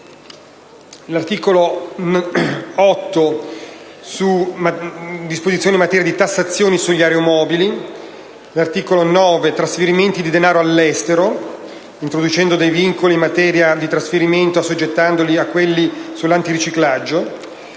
L'articolo 8 contiene disposizioni in materia di tassazione di aeromobili. L'articolo 9 riguarda i trasferimenti di denaro all'estero ed introduce dei vincoli in materia di trasferimento simili a quelli sull'antiriciclaggio.